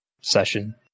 session